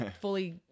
fully